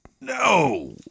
no